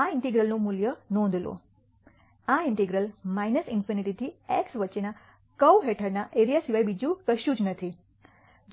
આ ઇન્ટિગ્રલનું આ મૂલ્ય નોંધ લો આ ઇન્ટિગ્રલ ∞ થી x વચ્ચેના કર્વ હેઠળના એરિયા સિવાય બીજું કશું જ નથી